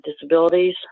disabilities